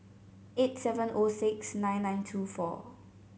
eight seven O six nine nine two four